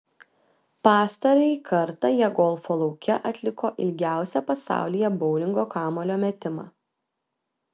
pastarąjį kartą jie golfo lauke atliko ilgiausią pasaulyje boulingo kamuolio metimą